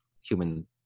human